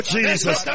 Jesus